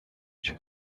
there